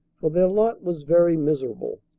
for their lot was very miserable.